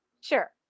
sure